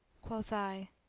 quoth i,